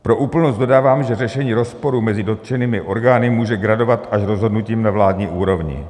Pro úplnost dodávám, že řešení rozporu mezi dotčenými orgány může gradovat až rozhodnutím na vládní úrovni.